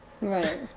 right